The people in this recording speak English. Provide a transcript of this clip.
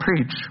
preach